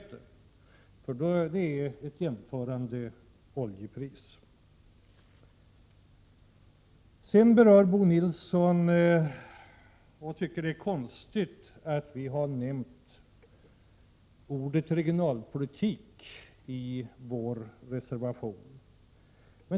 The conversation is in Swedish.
Det är nämligen ett jämförbart oljepris. Bo Nilsson tycker det är konstigt att vi har nämnt ordet regionalpolitik i vår reservation.